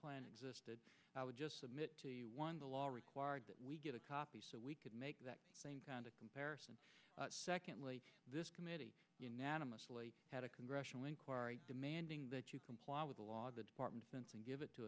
plan existed i would just submit the law required that we get a copy so we could make that same kind of comparison secondly this committee unanimously had a congressional inquiry demanding that you comply with the law the department since and give it to